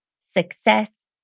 success